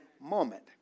moment